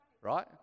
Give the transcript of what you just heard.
right